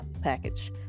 package